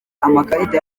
amakarita